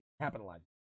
capitalized